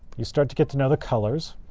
you start to get to know the colors,